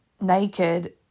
naked